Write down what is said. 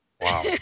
wow